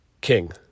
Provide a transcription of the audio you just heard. king